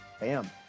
bam